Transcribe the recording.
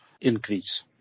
increase